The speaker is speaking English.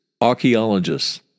archaeologists